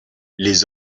les